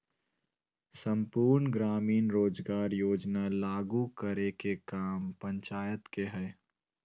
सम्पूर्ण ग्रामीण रोजगार योजना लागू करे के काम पंचायत के हय